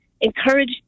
encourage